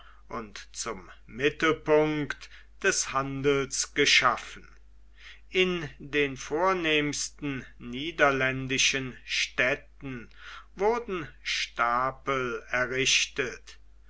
und zum mittelpunkt des handels geschaffen in den vornehmsten niederländischen städten wurden stapel errichtet